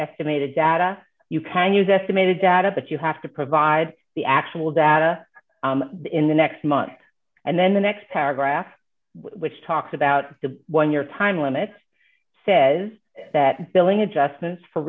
estimated data you can use estimated data but you have to provide the actual data in the next month and then the next paragraph which talks about the one year time limits says that billing adjustments for